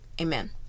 Amen